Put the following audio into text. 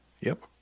Yep